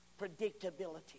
Predictability